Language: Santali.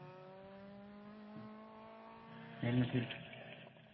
ᱧᱮᱞᱢᱮ ᱴᱷᱤᱠ